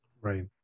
Right